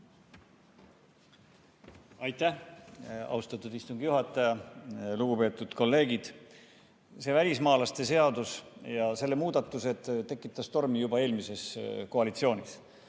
Aitäh! Austatud istungi juhataja! Lugupeetud kolleegid! Välismaalaste seadus ja selle muudatused tekitasid tormi juba eelmises koalitsioonis.